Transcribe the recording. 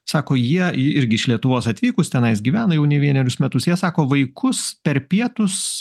sako jie irgi iš lietuvos atvykus tenais gyvena jau ne vienerius metus jie sako vaikus per pietus